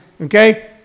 okay